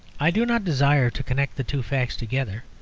i do not desire to connect the two facts together.